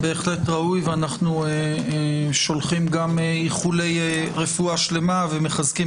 בהחלט ראוי ואנו שולחים גם איחולי רפואה שלמה ומחזקים